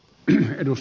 yhdus